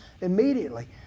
immediately